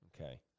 Okay